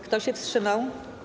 Kto się wstrzymał?